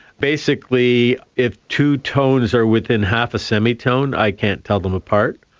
basically if two tones are within half a semitone i can't tell them apart.